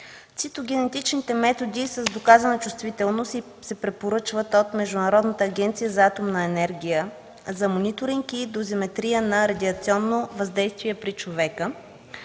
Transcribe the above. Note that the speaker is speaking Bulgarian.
цитогенетичните методи с доказана чувствителност се препоръчват от Международната агенция за атомна енергия за мониторинг и дозиметрия на радиационно въздействие при човека.